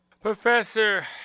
Professor